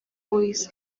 boyz